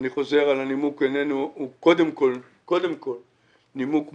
אני חוזר על הנימוק שהוא קודם כל נימוק מוסרי.